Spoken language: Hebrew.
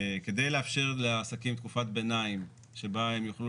כדי לאפשר לעסקים תקופת ביניים שבה הם יוכלו